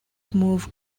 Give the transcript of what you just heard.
move